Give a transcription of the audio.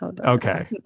Okay